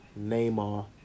Neymar